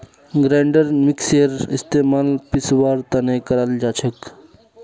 grinder मिक्सरेर इस्तमाल पीसवार तने कराल जाछेक